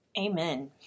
Amen